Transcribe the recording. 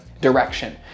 direction